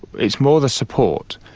it's more the support.